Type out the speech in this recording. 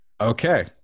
Okay